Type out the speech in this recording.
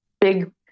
big